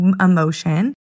emotion